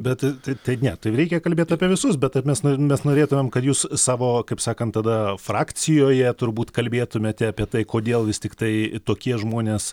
bet tai tai ne taip reikia kalbėt apie visus bet ar mes no mes norėtumėm kad jūs savo kaip sakant tada frakcijoje turbūt kalbėtumėte apie tai kodėl vis tiktai tokie žmonės